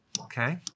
okay